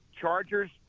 Chargers